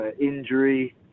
Injury